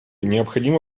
необходимо